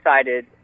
excited